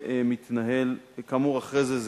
אחרי זה,